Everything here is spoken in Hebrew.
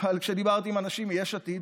אבל כשדיברתי עם אנשים מיש עתיד,